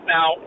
Now